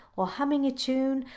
or humming a tune,